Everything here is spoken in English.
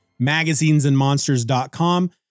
magazinesandmonsters.com